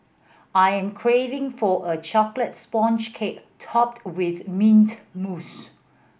I am craving for a chocolate sponge cake topped with mint mousse